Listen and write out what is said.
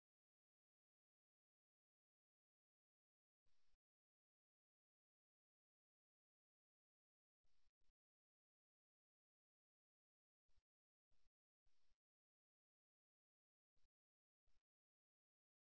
துள்ளல் அல்லது ஜிகிங் கால்களைத் தட்டுதல் எங்கள் தொழில்முறை போக்கர் வீரர்கள் மகிழ்ச்சியான அடி என்று குறிப்பிடுகிறார்கள்